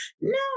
no